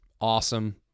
awesome